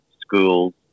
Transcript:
schools